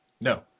No